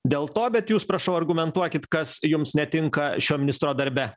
dėl to bet jūs prašau argumentuokit kas jums netinka šio ministro darbe